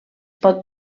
pot